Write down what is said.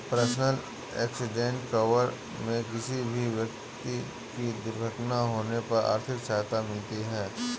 personal accident cover में किसी भी व्यक्ति की दुर्घटना होने पर आर्थिक सहायता मिलती है